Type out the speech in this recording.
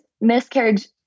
miscarriage